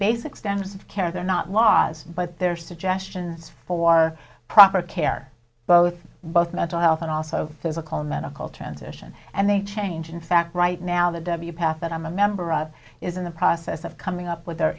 of care are not laws but they're suggestions for proper care both both mental health and also physical medical transition and they change in fact right now the w path that i'm a member of is in the process of coming up with